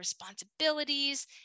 responsibilities